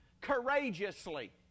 courageously